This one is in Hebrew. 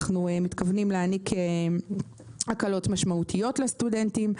אנחנו מתכוונים להעניק הקלות משמעותיות לסטודנטים.